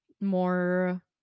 more